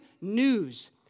news